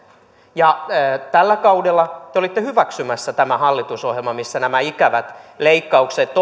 ja tällä kaudella te olitte hyväksymässä tämän hallitusohjelman missä ovat nämä ikävät leikkaukset